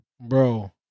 bro